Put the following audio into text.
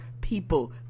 people